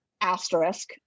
asterisk